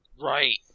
Right